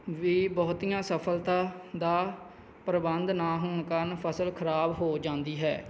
ਵੀ ਬਹੁਤੀਆਂ ਸਫਲਤਾ ਦਾ ਪ੍ਰਬੰਧ ਨਾ ਹੋਣ ਕਾਰਣ ਫਸਲ ਖਰਾਬ ਹੋ ਜਾਂਦੀ ਹੈ